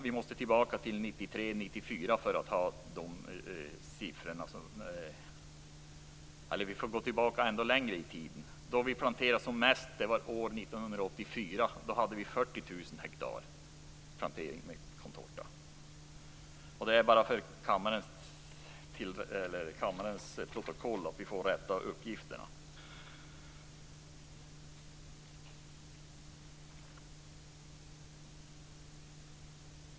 Vi måste tillbaka till 1993, 1994 eller ännu längre i tiden för att se sådan siffror. Vi planterade som mest år 1984. Då hade vi 40 000 hektar planterade med contorta. Det är viktigt att vi får de rätta uppgifterna för kammarens protokoll.